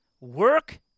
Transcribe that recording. work